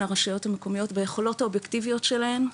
הרשויות המקומיות ביכולות האובייקטיביות שלהם,